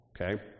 Okay